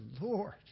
Lord